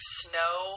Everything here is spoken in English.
snow